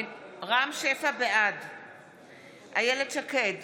בעד איילת שקד,